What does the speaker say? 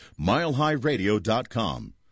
milehighradio.com